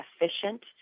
efficient